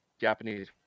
japanese